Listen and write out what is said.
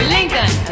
Lincoln